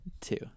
Two